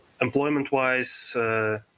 employment-wise